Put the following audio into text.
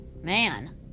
man